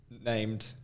named